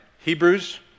Hebrews